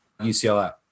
UCLA